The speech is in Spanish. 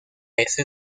ese